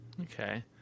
Okay